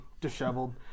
disheveled